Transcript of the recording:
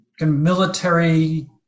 military